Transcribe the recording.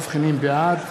בעד